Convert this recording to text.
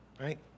right